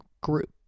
group